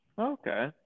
Okay